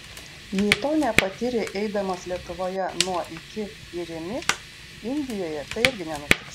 jei to nepatyrei eidamas lietuvoje nuo iki į rimi indijoje tai irgi nenutiks